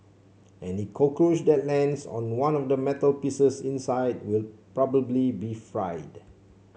any cockroach that lands on one of the metal pieces inside will probably be fried